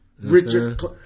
Richard